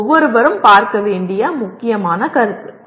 இது ஒவ்வொருவரும் பார்க்க வேண்டிய முக்கியமான கருத்து